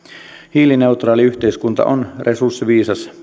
hiilineutraali yhteiskunta on resurssiviisas